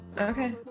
Okay